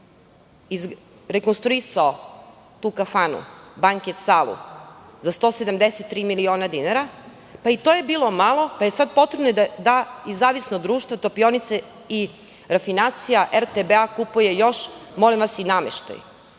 rekonstruisao tu kafanu, banket salu za 173 miliona dinara, pa i to je bilo malo, pa je sada potrebno da Zavisno društvo Topionice i refinacija RTB kupuje još, molim vas i nameštaj.S